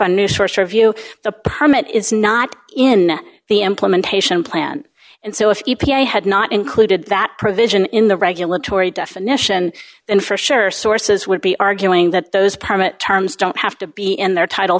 septa new source review the permit is not in the implementation plan and so if e p a had not included that provision in the regulatory definition then for sure sources would be arguing that those permit terms don't have to be in their title